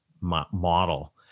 model